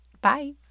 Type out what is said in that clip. Bye